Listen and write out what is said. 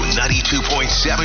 92.7